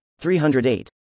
308